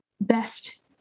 best